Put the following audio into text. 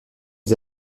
des